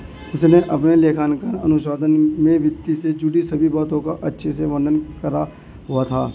उसने अपने लेखांकन अनुसंधान में वित्त से जुड़ी सभी बातों का अच्छे से वर्णन करा हुआ था